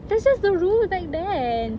that's just the rule back then